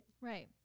Right